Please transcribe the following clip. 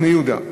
מחנה-יהודה,